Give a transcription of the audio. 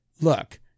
look